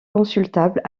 consultables